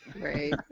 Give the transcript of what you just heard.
Right